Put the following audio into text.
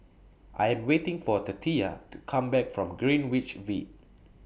I Am waiting For Tatia to Come Back from Greenwich V